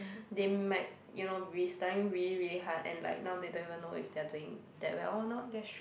they might you know be studying really really hard and like now they don't even know if they are doing that well or not